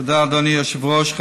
תודה, אדוני היושב-ראש.